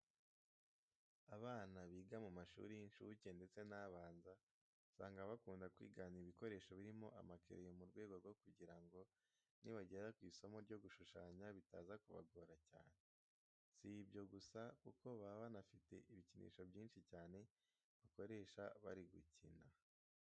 Abana biga mu mashuri y'inshuke ndetse n'abanza, usanga bakunda kwigana ibikoresho birimo amakereyo mu rwego rwo kugira ngo nibagera ku isomo ryo gushushanya bitaza kubagora cyane. Si ibyo gusa kuko baba banafite ibikinisho byinshi cyane bakoresha bari gukina.